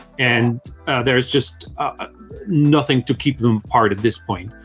and there's just nothing to keep them apart at this point.